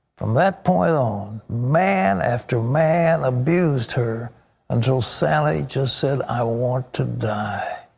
from that point on, man after man abused her until sallie just said, i want to die.